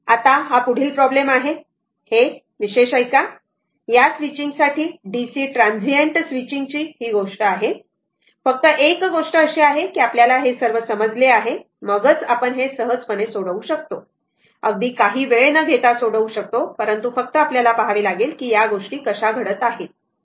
आता हा पुढील प्रॉब्लेम आहे हे विशेष ऐका या स्विचिंग साठी डीसी ट्रांसीएंट स्विचिंग ची ही गोष्ट आहे फक्त एक गोष्ट अशी आहे की आपल्याला हे सर्व समजले आहे मगच आपण हे सहजपणे सोडवू शकतो अगदी काही वेळ न घेता सोडवू शकतो परंतु फक्त पाहावे लागेल की गोष्टी कशा घडत आहेत हे